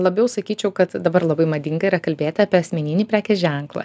labiau sakyčiau kad dabar labai madinga yra kalbėti apie asmeninį prekės ženklą